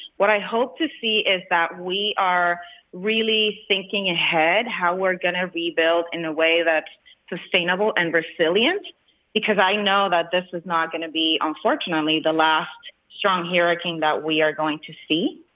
what i hope to see is that we are really thinking ahead how we're going to rebuild in a way that's sustainable and resilient because i know that this is not going to be, unfortunately, the last strong hurricane that we are going to see.